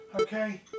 okay